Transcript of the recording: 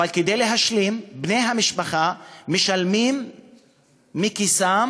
וכדי להשלים בני המשפחה משלמים מכיסם